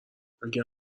اگه